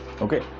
okay